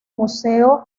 museo